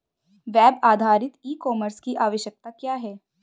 Web आधारित e commerce की आवश्यकता क्या है?